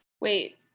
Wait